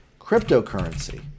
cryptocurrency